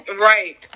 right